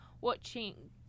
watching